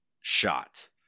shot